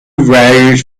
values